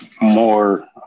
More